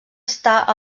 estar